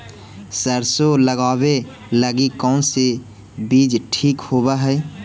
सरसों लगावे लगी कौन से बीज ठीक होव हई?